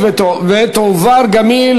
התשע"ג 2013,